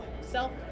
self